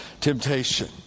temptation